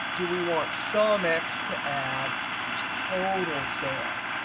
do we want sumx to add total sales?